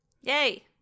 Yay